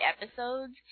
episodes